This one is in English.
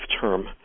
term